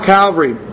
Calvary